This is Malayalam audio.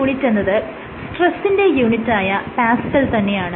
τ യുടെ യൂണിറ്റ് എന്നത് സ്ട്രെസിന്റെ യൂണിറ്റായ പാസ്ക്കൽ തന്നെയാണ്